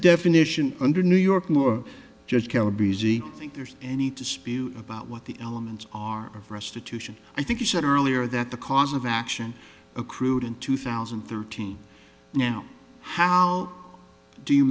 definition under new york more just killer b z think there's any dispute about what the elements are of restitution i think you said earlier that the cause of action accrued in two thousand and thirteen now how do you